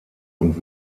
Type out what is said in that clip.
und